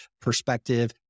perspective